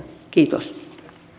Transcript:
kiitos